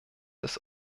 des